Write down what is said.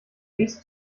nächste